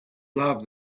love